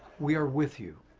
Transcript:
we are with you.